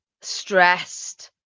stressed